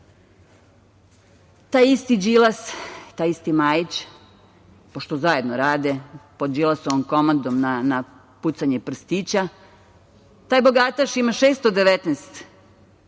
isti Đilas, taj isti Majić, pošto zajedno rade pod Đilasovom komandom na pucanje prstića, taj bogataš ima 619